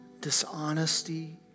dishonesty